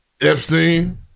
Epstein